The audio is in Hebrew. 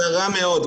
קצרה מאוד.